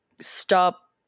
stop